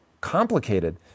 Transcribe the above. complicated